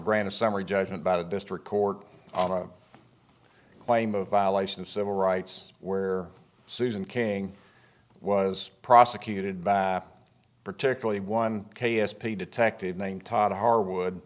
brand of summary judgment by the district court on a claim of violation of civil rights where susan king was prosecuted by particularly one k s p detective named todd harwood